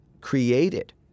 created